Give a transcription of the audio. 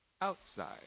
outside